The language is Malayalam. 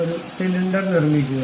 ഒരു സിലിണ്ടർ നിർമ്മിക്കുക